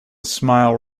smile